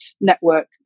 network